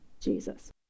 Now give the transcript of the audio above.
Jesus